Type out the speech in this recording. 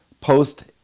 post